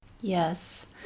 Yes